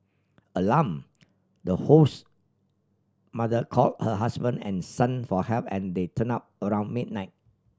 alarm the host mother call her husband and son for help and they turn up around midnight